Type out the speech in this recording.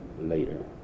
later